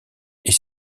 est